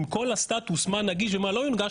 עם כל הסטטוס של מה נגיש ומה לא הונגש